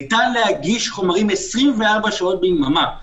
ניתן להגיש חומרים 24 שעות ביממה.